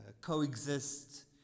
coexist